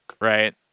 right